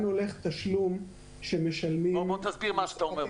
לאן הולך תשלום שמשלמים -- תסביר מה שאתה אומר.